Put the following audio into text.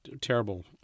terrible